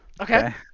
Okay